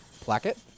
Placket